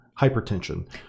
hypertension